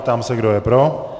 Ptám se, kdo je pro.